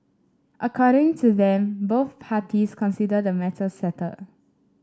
according to them both parties consider the matter settled